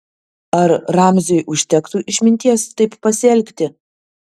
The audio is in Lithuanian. ar ramziui užtektų išminties taip pasielgti